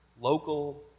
local